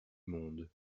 monde